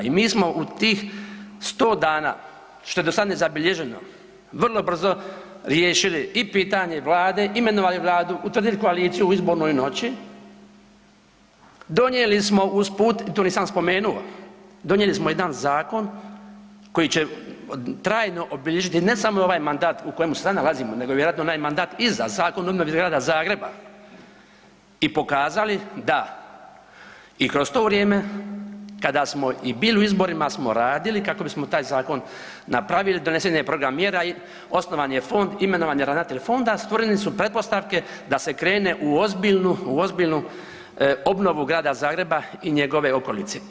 I mi smo u tih 100 dana što je dosad nezabilježeno vrlo brzo riješili i pitanje vlade, imenovali vladu, utvrdili koaliciju u izbornoj noći, donijeli smo usput, tu nisam spomenuo, donijeli smo jedan zakon koji će trajno obilježiti ne samo ovaj mandat u kojemu se sad nalazimo nego vjerojatno onaj mandat iza, Zakon o obnovi Grada Zagreba i pokazali da i kroz to vrijeme kada smo i bili u izborima smo radili kako bismo taj zakon napravili, donesen je program mjera i osnovan je fond, imenovan je ravnatelj fonda, stvorene su pretpostavke da se krene u ozbiljnu, u ozbiljnu obnovu Grada Zagreba i njegove okolice.